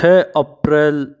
छ अप्रैल